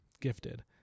gifted